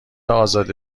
ازاده